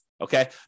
Okay